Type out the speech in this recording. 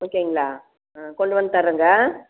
ஓகேங்களா ஆ கொண்டு வந்து தரேங்க